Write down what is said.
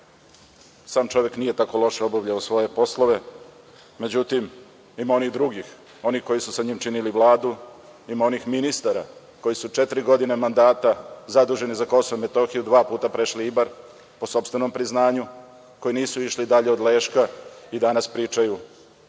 sam čovek nije tako loše obavljao svoje poslove. Međutim, ima onih drugih, onih koji su sa njim činili Vladu, imao onih ministara koji su za četiri godine mandata zaduženi za Kosovo i Metohiju dva puta prešli Ibar, po sopstvenom priznanju, koji nisu išli dalje od Leška, a danas pričaju